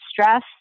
stress